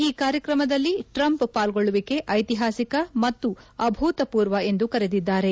ಈ ಕಾರ್ಯಕ್ರಮದಲ್ಲಿ ಟ್ರಂಪ್ ಪಾಲ್ಗೊಳ್ಳುವಿಕೆ ಐತಿಹಾಸಿಕ ಮತ್ತು ಅಭೂತಪೂರ್ವ ಎಂದು ಕರೆದಿದ್ದಾರೆ